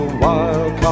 wild